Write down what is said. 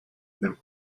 then